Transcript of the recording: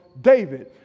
David